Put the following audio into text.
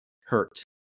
hurt